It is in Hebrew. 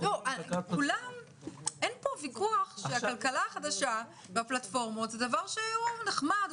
--- אין פה ויכוח שהכלכלה החדשה בפלטפורמות היא דבר נחמד,